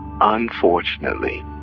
Unfortunately